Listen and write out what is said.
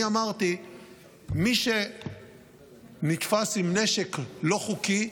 אני אמרתי שמי שנתפס עם נשק לא חוקי,